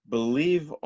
Believe